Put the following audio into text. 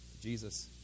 Jesus